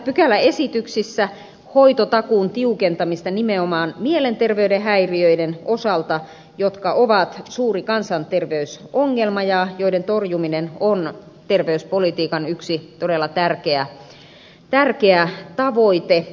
ehdotan pykäläesityksissä hoitotakuun tiukentamista nimenomaan mielenterveyden häiriöiden osalta jotka ovat suuri kansanterveysongelma ja joiden torjuminen on terveyspolitiikan yksi todella tärkeä tavoite